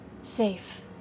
safe